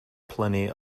plenty